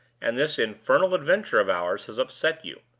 and this infernal adventure of ours has upset you.